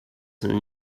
girl